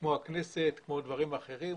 כמו הכנסת וכמו דברים אחרים.